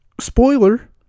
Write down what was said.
spoiler